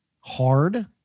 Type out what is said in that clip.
hard